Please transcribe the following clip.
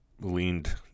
leaned